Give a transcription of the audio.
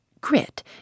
Grit